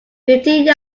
fifty